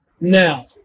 Now